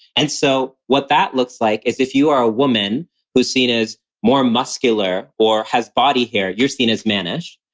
and so what that looks like is if you are a woman who's seen as more muscular or has body hair, you're seen as mannish.